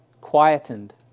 quietened